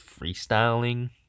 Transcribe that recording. freestyling